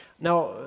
Now